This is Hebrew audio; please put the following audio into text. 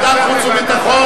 ועדת חוץ וביטחון.